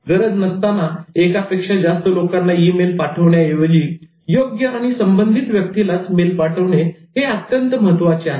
गरज नसताना एकापेक्षा जास्त लोकांना ई मेल पाठविण्या ऐवजी योग्य आणि संबंधित व्यक्तीलाच मेल पाठवणे हे अत्यंत महत्त्वाचे आहे